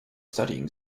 studying